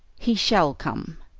he shall come.